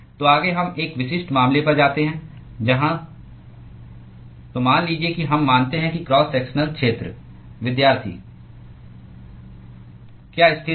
तो आगे हम एक विशिष्ट मामले पर जाते हैं जहां तो मान लीजिए कि हम मानते हैं कि क्रॉस सेक्शनल क्षेत्र क्या स्थिर है